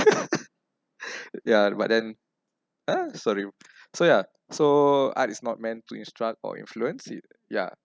ya but then ah sorry so yeah so art is not meant to instruct or influence it yeah